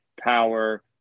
power